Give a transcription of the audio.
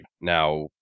Now